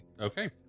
Okay